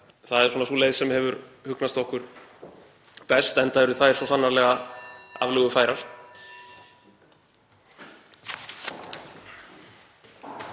það er sú leið sem hefur hugnast okkur best, enda eru þær svo sannarlega aflögufærar.